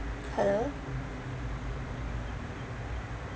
hello